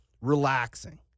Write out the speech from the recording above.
relaxing